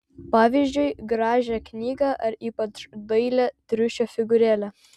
pavyzdžiui gražią knygą ar ypač dailią triušio figūrėlę